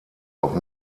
noch